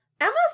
Emma